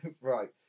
right